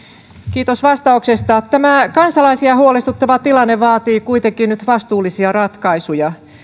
kiitos vastauksesta tämä kansalaisia huolestuttava tilanne vaatii kuitenkin nyt vastuullisia ratkaisuja